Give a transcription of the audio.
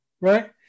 right